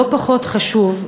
לא פחות חשוב,